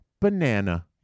banana